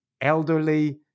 elderly